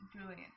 Julian